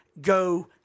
go